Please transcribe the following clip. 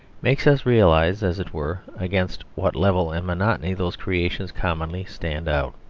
makes us realise, as it were, against what level and monotony those creations commonly stand out.